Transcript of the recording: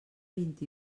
vint